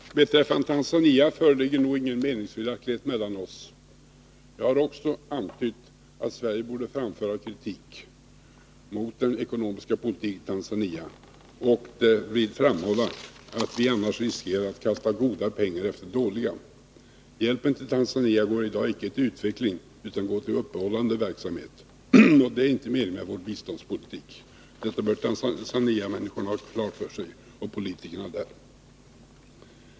Herr talman! Beträffande Tanzania föreligger det nog ingen meningsskiljaktighet mellan oss. Jag har också antytt att Sverige borde framföra kritik mot den ekonomiska politik som Tanzania för och därvid framhålla att vi annars riskerar att kasta goda pengar efter dåliga. Hjälpen till Tanzania går i dag inte till utveckling utan till uppehållande verksamhet, och det är inte meningen med vår biståndspolitik. Detta bör politikerna där ha klart för sig.